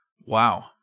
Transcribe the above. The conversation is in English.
Wow